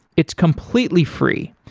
it's completely free,